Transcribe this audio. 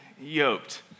yoked